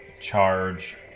charge